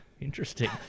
Interesting